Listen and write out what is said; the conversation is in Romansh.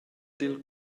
dil